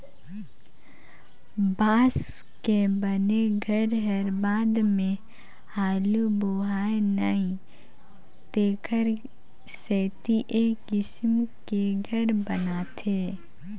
बांस के बने घर हर बाद मे हालू बोहाय नई तेखर सेथी ए किसम के घर बनाथे